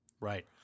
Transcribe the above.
right